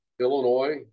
Illinois